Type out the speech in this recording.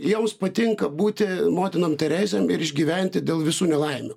joms patinka būti motinom teresėm ir išgyventi dėl visų nelaimių